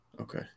Okay